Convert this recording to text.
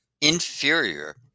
inferior